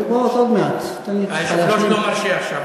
עוד מעט, תן לי להשלים, היושב-ראש לא מאשר עכשיו.